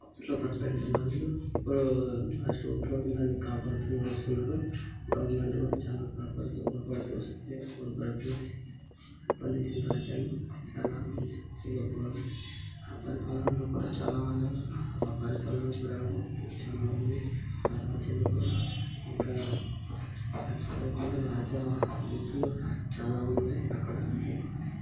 అప్పట్లో పరిపాలించిన రాజులు ఇప్పుడు రాష్ట్ర ముఖ్యమంత్రులు దాన్ని కాపాడుతూనే వస్తున్నారు గవర్నమెంట్ కూడా చాలా కాపాడుతూ కాపాడుతూ వస్తుంటె వాళ్ళు పరిపాలించి పరిపాలించిన రాజ్యాలు చాలా మంచి పరిపాలన ఆ పరిపాలనలో కూడా చాలా మంది ఉన్నారు ఆ పరిపాలన కూడా చాలా ఉంది ఆ రాజ్యాలు కూడా ఇంకా శాస్త్రవేత్తలు రాజ్యాంగ బూతులు చాలా ఉన్నాయ్ అక్కడ